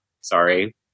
sorry